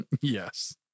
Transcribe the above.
Yes